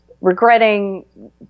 regretting